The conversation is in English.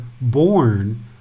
born